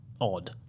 odd